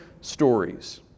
stories